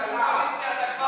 סלט.